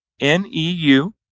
N-E-U